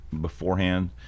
beforehand